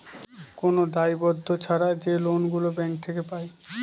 কোন দায়বদ্ধ ছাড়া যে লোন গুলো ব্যাঙ্ক থেকে পায়